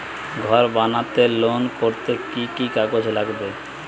ঘর বানাতে লোন করতে কি কি কাগজ লাগবে?